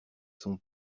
son